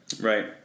Right